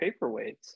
paperweights